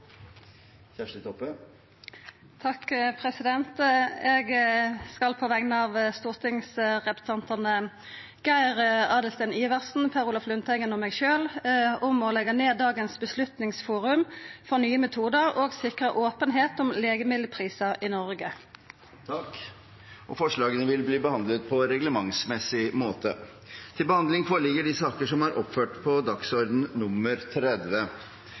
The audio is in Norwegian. Eg skal på vegner av stortingsrepresentantane Geir Adelsten Iversen, Per Olaf Lundteigen og meg sjølv setja fram forslag om å leggja ned dagens Beslutningsforum for nye metodar og å sikra openheit om legemiddelprisar i Noreg. Forslagene vil bli behandlet på reglementsmessig måte.